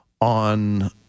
on